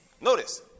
Notice